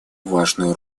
важную